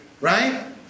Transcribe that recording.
right